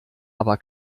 aber